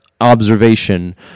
observation